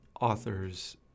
authors